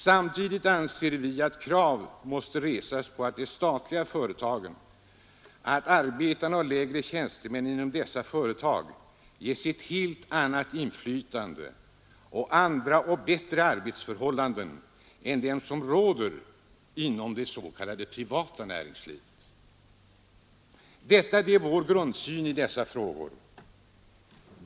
Samtidigt anser vi att krav måste resas på att arbetare och lägre tjänstemän inom statliga företag ges ett större inflytande och att vi får andra och bättre arbetsförhållanden än de som råder inom det s.k. privata näringslivet. Detta är vår grundsyn i dessa frågor.